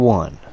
one